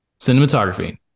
Cinematography